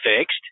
fixed